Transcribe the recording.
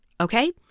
okay